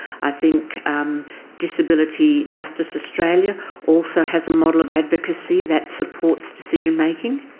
i think disability justice australia also has a model of advocacy that supports decision-making.